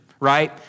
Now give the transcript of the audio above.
Right